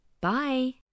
Bye